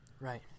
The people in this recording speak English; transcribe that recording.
Right